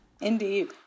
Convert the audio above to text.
Indeed